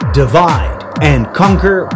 divide-and-conquer